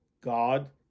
God